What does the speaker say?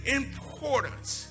importance